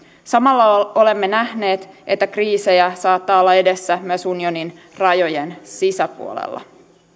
samalla olemme nähneet että kriisejä saattaa olla edessä myös unionin rajojen sisäpuolella